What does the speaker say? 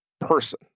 person